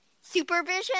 supervision